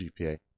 GPA